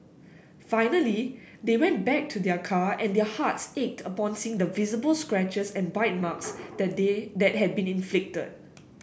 finally they went back to their car and their hearts ached upon seeing the visible scratches and bite marks that they that had been inflicted